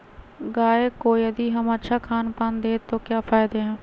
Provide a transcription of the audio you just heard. गाय को यदि हम अच्छा खानपान दें तो क्या फायदे हैं?